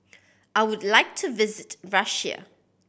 I would like to visit Russia